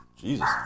Jesus